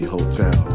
Hotel